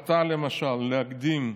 למשל ההחלטה להקדים תשלום,